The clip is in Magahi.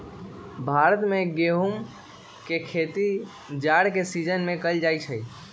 भारत में गेहूम के खेती जाड़ के सिजिन में कएल जाइ छइ